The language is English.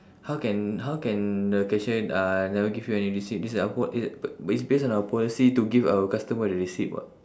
how can how can the cashier uh never give you any receipt this is our po~ it's based on our policy to give our customer a receipt [what]